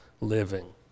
living